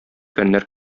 фәннәр